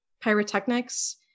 pyrotechnics